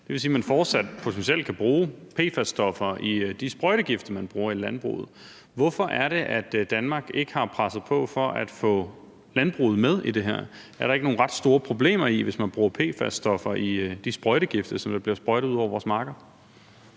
Det vil sige, at man fortsat potentielt kan bruge PFAS-stoffer i de sprøjtegifte, man bruger i landbruget. Hvorfor er det, at Danmark ikke har presset på for at få landbruget med i det her? Er der ikke nogle ret store problemer i det, hvis man bruger PFAS-stoffer i de sprøjtegifte, der bliver sprøjtet ud over vores marker?